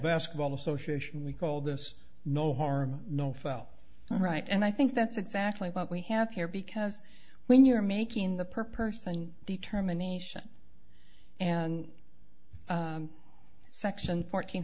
basketball association we call this no harm no foul all right and i think that's exactly what we have here because when you're making the per person determination and section fourteen